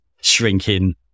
shrinking